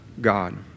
God